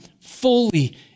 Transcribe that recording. fully